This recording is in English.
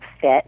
fit